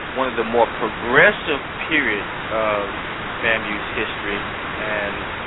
one of the more progressive periods of famu's history and